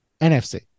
NFC